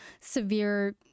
Severe